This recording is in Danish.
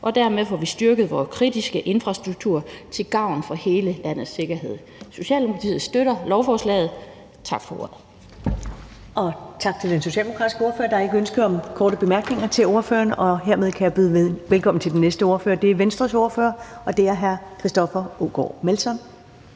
Dermed får vi styrket vores kritiske infrastruktur til gavn for hele landets sikkerhed. Socialdemokratiet støtter lovforslaget. Tak for ordet. Kl. 10:59 Første næstformand (Karen Ellemann): Tak til den socialdemokratiske ordfører. Der er ikke ønske om korte bemærkninger til ordføreren, og hermed kan jeg byde velkommen til den næste ordfører. Det er Venstres ordfører, og det er hr. Christoffer Aagaard Melson.